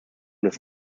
des